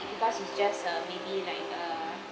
because it's just a maybe like a